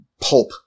pulp